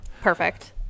Perfect